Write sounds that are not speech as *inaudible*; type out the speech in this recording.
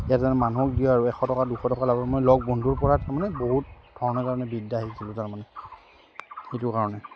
ইয়াত তাৰমানে মানুহক দিয়া আৰু এশ টকা দুশ টকা *unintelligible* মই লগৰ বন্ধুৰপৰা তাৰমানে বহুত ধৰণে তাৰমানে বিদ্যা শিকিলোঁ তাৰমানে সেইটো কাৰণে